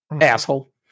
asshole